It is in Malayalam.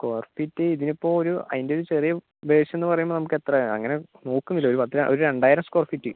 സ്ക്വയർ ഫീറ്റ് ഇതിനിപ്പോൾ ഒരു അതിൻ്റെ ഒരു ചെറിയ വേർഷെനെന്നു പറയുമ്പോൾ നമുക്കെത്രയാണ് അങ്ങനെ നോക്കുന്നില്ല ഒരു പത്തു ഒരു രണ്ടായിരം സ്ക്വയർ ഫീറ്റ്